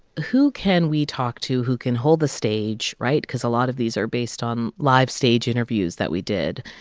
who can we talk to who can hold the stage, right? because a lot of these are based on live stage interviews that we did.